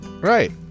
Right